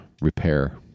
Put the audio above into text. repair